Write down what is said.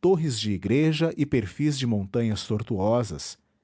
torres de igreja e perfis de montanhas tortuosas